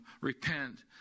repent